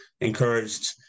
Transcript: encouraged